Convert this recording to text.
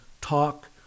talk